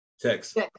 text